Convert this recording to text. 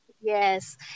yes